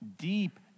deep